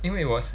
因为我是